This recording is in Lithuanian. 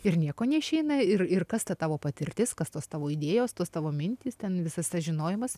ir nieko neišeina ir ir kas ta tavo patirtis kas tos tavo idėjos tos tavo mintys ten visas tas žinojimas